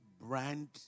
brand